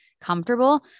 comfortable